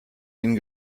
ihnen